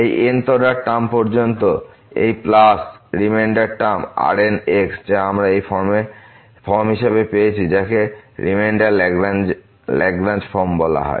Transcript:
এই n th order term পর্যন্ত এবং প্লাস এই রিমাইন্ডার টার্ম Rnx যা আমরা এই ফর্ম হিসেবে পেয়েছি যাকে রিমাইন্ডারের ল্যাগরাঞ্জ ফর্ম বলা হয়